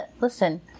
listen